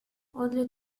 only